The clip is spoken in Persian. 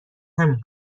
همین